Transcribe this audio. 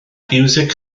fiwsig